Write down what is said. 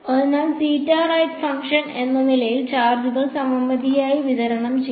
അതിനാൽ theta right function എന്ന നിലയിൽ ചാർജുകൾ സമമിതിയായി വിതരണം ചെയ്യും